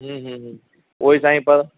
हम्म हम्म उहो ई साईं पर